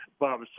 Bob